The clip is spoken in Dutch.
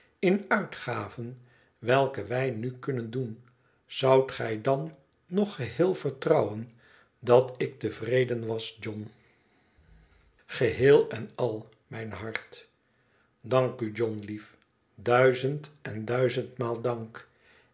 in uitgaven welke wij nu kunnen doen zoudt gij dan nog geheel vertrouwen dat ik tevreden was john geheel en al mijn hart idanku john lief duizend en duizendmaal dank